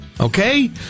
Okay